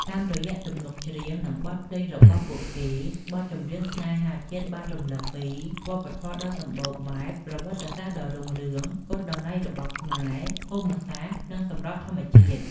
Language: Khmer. តាមរយៈទំនុកច្រៀង និងបទភ្លេងរបស់ពួកគេ បទចម្រៀងស្នេហាជាតិបានរំឭកពី វប្បធម៌ដ៏សម្បូរបែប ប្រវត្តិសាស្ត្រដ៏រុងរឿង គុណតម្លៃរបស់ខ្មែរ ភូមិសាស្ត្រ និងសម្រស់ធម្មជាតិ។